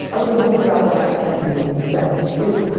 let me go figure out what i can do that is.